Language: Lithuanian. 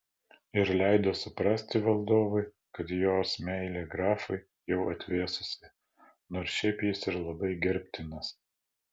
ir leido suprasti valdovui kad jos meilė grafui jau atvėsusi nors šiaip jis ir labai gerbtinas